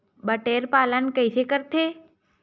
बटेर पालन कइसे करथे?